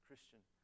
Christian